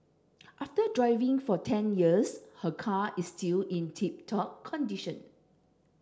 after driving for ten years her car is still in tip top condition